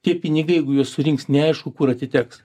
tie pinigai jeigu juos surinks neaišku kur atiteks